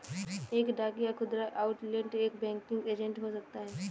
एक डाक या खुदरा आउटलेट एक बैंकिंग एजेंट हो सकता है